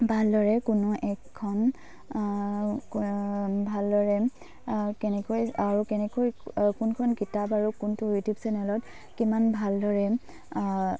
ভালদৰে কোনো এখন ভালদৰে কেনেকৈ আৰু কেনেকৈ কোনখন কিতাপ আৰু কোনটো ইউটিউব চেনেলত কিমান ভালদৰে